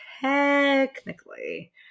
technically